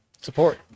support